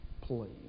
Please